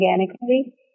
organically